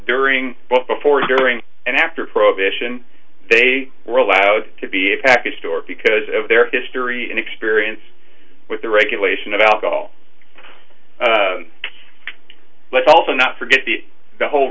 during what before during and after prohibition they were allowed to be a package store because of their history and experience with the regulation of alcohol let's also not forget the whole